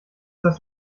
das